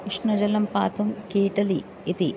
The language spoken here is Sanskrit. उष्णजलं पातुं केटलि इति